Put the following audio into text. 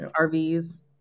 RVs